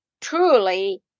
truly